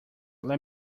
let